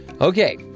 Okay